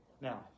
Now